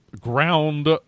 ground